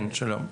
שלום,